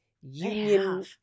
union